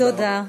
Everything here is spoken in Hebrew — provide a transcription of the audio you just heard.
תודה רבה.